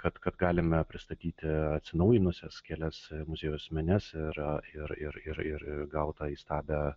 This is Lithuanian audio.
kad kad galime pristatyti atsinaujinusias kelias muziejaus menes ir ir ir ir gautą įstabią